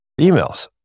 emails